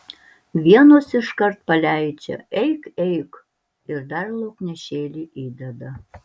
vienos iškart paleidžia eik eik ir dar lauknešėlį įdeda